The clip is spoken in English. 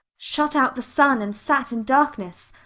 shut out the sun and sat in darkness.